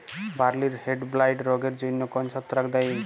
বার্লির হেডব্লাইট রোগের জন্য কোন ছত্রাক দায়ী?